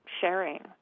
sharing